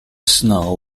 snow